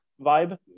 vibe